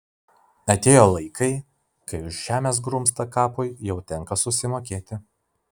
atėjo laikai kai už žemės grumstą kapui jau tenka susimokėti